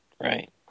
Right